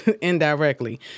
Indirectly